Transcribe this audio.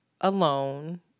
alone